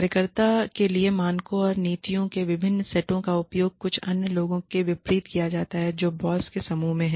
कार्यकर्ता के लिए मानकों या नीतियों के विभिन्न सेटों का उपयोग कुछ अन्य लोगों के विपरीत किया जाता है जो बॉस के समूह में हैं